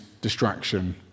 distraction